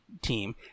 team